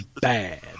bad